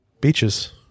Beaches